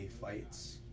fights